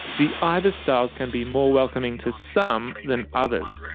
the ibis styles can be more welcoming to some than others.